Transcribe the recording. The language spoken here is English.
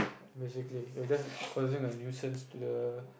basically you are just causing a nuisance to the